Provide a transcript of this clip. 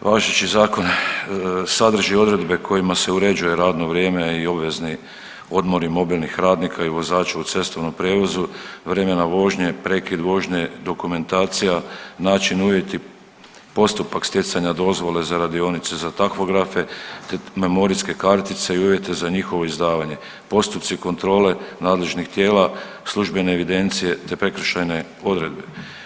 važeći zakon sadrži odredbe kojima se uređuje radno vrijeme i obvezni odmori mobilnih radnika i vozača u cestovnom prijevozu, vremena vožnje, prekid vožnje, dokumentacija, način, uvjeti, postupak stjecanja dozvole za radionice za tahografe te memorijske kartice i uvjete za njihovo izdavanje, postupci kontrole nadležnih tijela, službene evidencije te prekršajne odredbe.